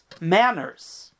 manners